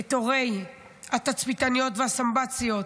את הורי התצפיתניות והסמב"ציות,